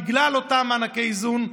בגלל אותם מענקי איזון,